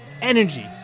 energy